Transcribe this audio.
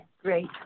Great